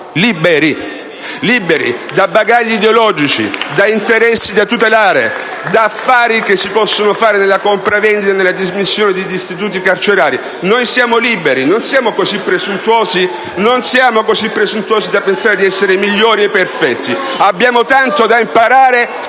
libero da bagagli ideologici, da interessi da tutelare, da affari che si possono concludere nella compravendita e nella dismissione degli istituti carcerari. *(Applausi dal Gruppo M5S)*. Noi siamo liberi! Non siamo così presuntuosi da pensare di essere migliori e perfetti: abbiamo tanto da imparare.